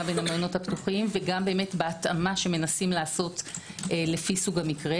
גם בין המעונות הפתוחים וגם בהתאמה שמנסים לעשות לפי סוג המקרה.